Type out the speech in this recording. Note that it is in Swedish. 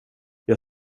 jag